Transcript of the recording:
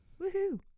woohoo